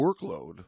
workload